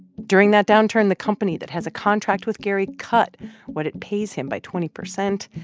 during that downturn, the company that has a contract with gary cut what it pays him by twenty percent.